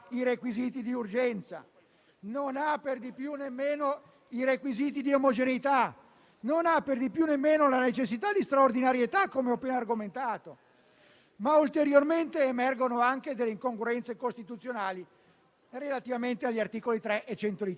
se la presenza del Presidente del Consiglio, quindi di un'autorità elevatissima, e del Ministro degli affari esteri, non abbia comportato accordi politici di varia natura, che sono connessi anche alle tematiche della sicurezza del Mediterraneo e dei flussi migratori.